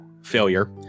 Failure